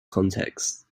contexts